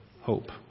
hope